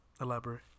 Elaborate